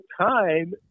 time